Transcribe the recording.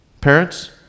Parents